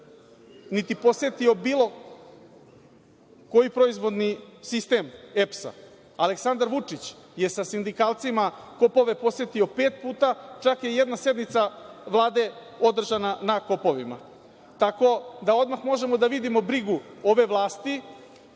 niti posetio bilo koji proizvodni sistem EPS-a. Aleksandar Vučić je sa sindikalcima kopove posetio pet puta. Čak je jedna sednica Vlade održana na kopovima. Tako da odmah možemo da vidimo brigu ove vlasti